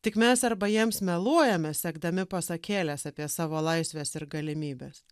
tik mes arba jiems meluojame sekdami pasakėles apie savo laisves ir galimybes